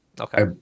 Okay